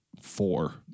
four